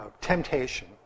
temptation